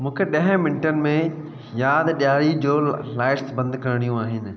मूंखे ॾह मिंटनि में यादि ॾियारजो लाइट्स बंदि करिणियूं आहिनि